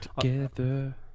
together